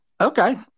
Okay